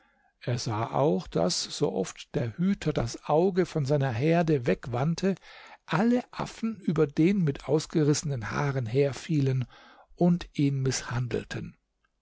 er sah auch daß so oft der hüter das auge von seiner herde wegwandte alle affen über den mit ausgerissenen haaren herfielen und ihn mißhandelten